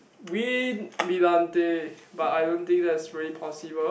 win but I don't think that's really possible